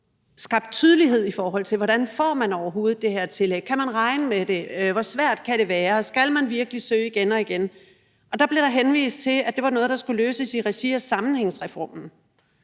skabt tydelighed, i forhold til hvordan man overhovedet får det her tillæg. Kan man regne med det? Hvor svært kan det være? Og skal man virkelig søge igen og igen? Og der blev der henvist til, at det var noget, der skulle løses i regi af sammenhængsreformen.